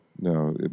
no